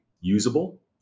usable